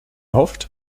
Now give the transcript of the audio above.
hofft